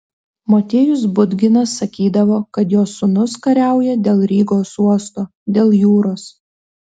motiejus budginas sakydavo kad jo sūnus kariauja dėl rygos uosto dėl jūros